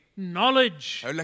Knowledge